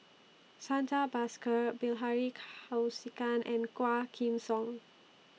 Santha Bhaskar Bilahari Kausikan and Quah Kim Song